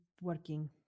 working